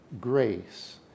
grace